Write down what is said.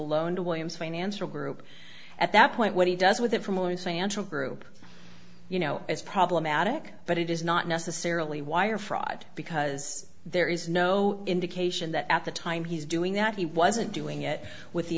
loan to williams financial group at that point what he does with it for most anshul group you know is problematic but it is not necessarily wire fraud because there is no indication that at the time he's doing that he wasn't doing it with the